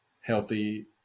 healthy